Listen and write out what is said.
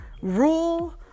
rule